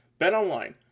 BetOnline